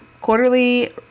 quarterly